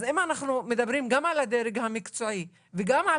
אז אם אנחנו מדברים גם על הדרג המקצועי וגם על